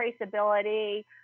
traceability